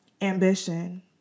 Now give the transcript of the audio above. ambition